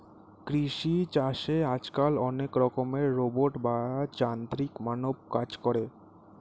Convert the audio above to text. কৃষি চাষে আজকাল অনেক রকমের রোবট বা যান্ত্রিক মানব কাজ করে